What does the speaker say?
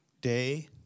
day